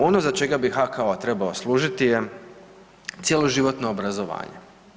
Dakle, ono za čega bi HKO trebao služiti je cjeloživotno obrazovanje.